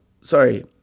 sorry